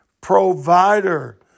provider